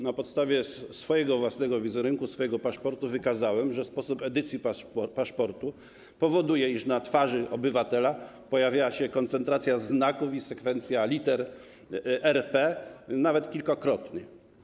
Na podstawie swojego własnego wizerunku, swojego paszportu wykazałem, że sposób edycji paszportu powoduje, iż na twarzy obywatela pojawiała się koncentracja znaków i sekwencja liter RP, nawet kilkakrotnie.